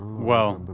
well, but